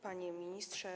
Panie Ministrze!